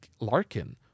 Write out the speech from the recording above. Larkin